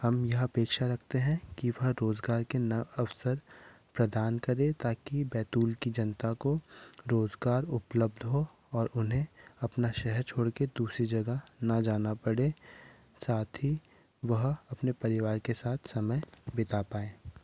हम यह अपेक्षा रखते हैं कि वह रोजगार के नव अवसर प्रदान करें ताकि बैतूल की जनता को रोजगार उपलब्ध हो और उन्हें अपना शहर छोड़ के दूसरी जगह ना जाना पड़े साथ ही वह अपने परिवार के साथ समय बिता पाएं